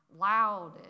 loud